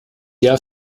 der